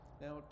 Now